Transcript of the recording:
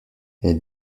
elle